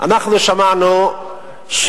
זה דבר ידוע,